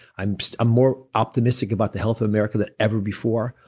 i'm so more optimistic about the health of america than ever before.